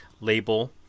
label